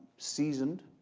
seasoned,